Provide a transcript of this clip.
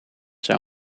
zou